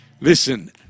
Listen